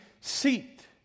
seat